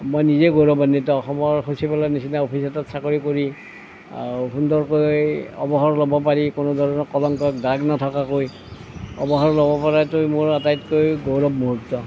মই নিজে গৌৰৱান্বিত অসমৰ সচিবালয়ৰ নিচিনা অফিচ এটাত চাকৰি কৰি আৰু সুন্দৰকৈ অৱসৰ ল'ব পাৰি কোনো ধৰণৰ কলংকৰ দাগ নথকাকৈ অৱসৰ ল'ব পৰাটোৱেই মোৰ আটাইতকৈ গৌৰৱ মুহূৰ্ত